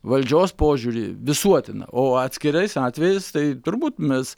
valdžios požiūrį visuotiną o atskirais atvejais tai turbūt mes